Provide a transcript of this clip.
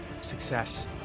Success